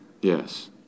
Yes